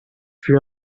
fut